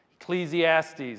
Ecclesiastes